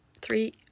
three